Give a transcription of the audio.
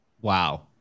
wow